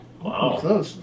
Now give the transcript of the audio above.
Wow